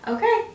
Okay